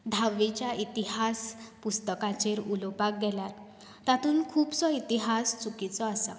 धावेच्या इतिहास पुस्तकाचेर उलोवपाक गेल्यार तातुंत खुबसो इतिहास चूकिचो आसा